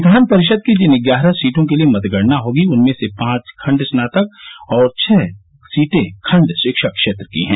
विधान परिषद की जिन ग्यारह सीटों के लिए मतगणना होगी उनमें से पांच खंड स्नातक और छह सीटें खंड शिक्षक क्षेत्र की हैं